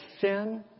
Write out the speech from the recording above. sin